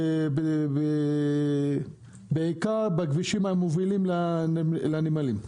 בעיקר בכבישים שמובילים לנמלים.